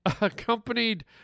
accompanied